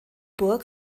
burg